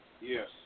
Yes